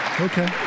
Okay